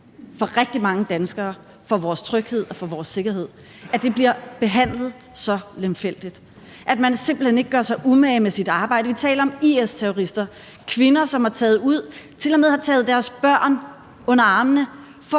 for rigtig mange danskere, for vores tryghed og for vores sikkerhed, bliver behandlet så lemfældigt; at man simpelt hen ikke gør sig umage med sit arbejde. Vi taler om IS-terrorister, kvinder, som er taget ud, og som tilmed har taget deres børn under armene for